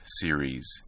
series